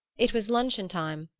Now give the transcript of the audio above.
it was luncheon-time,